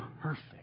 perfect